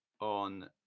on